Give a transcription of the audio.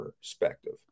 perspective